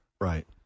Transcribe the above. Right